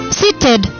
seated